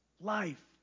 life